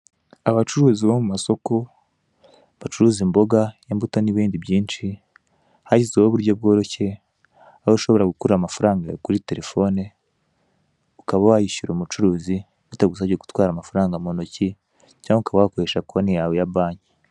Abacuruzi bo mu masoko bacuruza imboga, imbuto na ibindi byinshi, hashyizweho uburyo bworoshye aho ushobora gukura amafaranga kuri telefone ukaba wayishyura umucuruzi bitagusabye gutwara amafaranga mu ntoki cyangwa ukaba wakoresha konti yawe ya banki.